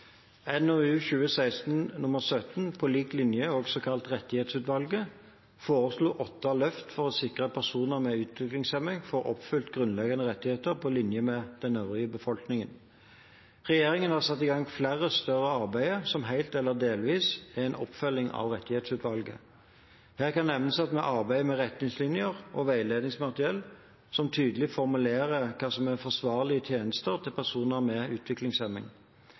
NOU 2016: 17 På lik linje, også kalt rettighetsutvalget, foreslo åtte løft for å sikre at personer med utviklingshemning får oppfylt grunnleggende rettigheter på linje med den øvrige befolkningen. Regjeringen har satt i gang flere større arbeider som helt eller delvis er en oppfølging av rettighetsutvalget. Her kan nevnes at vi arbeider med retningslinjer og veiledningsmateriell som tydelig formulerer hva som er forsvarlige tjenester til personer med